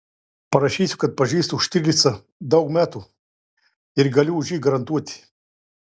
parašysiu kad pažįstu štirlicą daug metų ir galiu už jį garantuoti